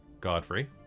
Godfrey